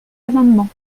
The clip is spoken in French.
amendement